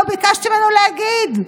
לא ביקשתי ממנו להגיד,